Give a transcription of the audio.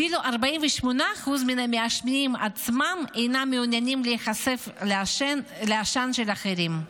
אפילו 48% מהמעשנים עצמם אינם מעוניינים להיחשף לעשן של אחרים.